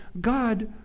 god